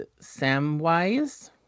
Samwise